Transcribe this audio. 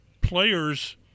players